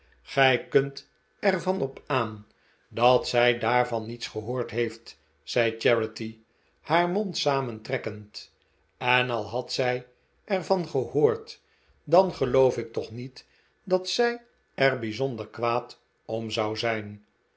gij kunt er van op aan dat zij daarvan niets gehoord heeft zei charity haar mond samentrekkend en al had zij er van gehoord dan geloof ik toch niet dat zij er bijzonder kwaad om zou zijn